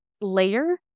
layer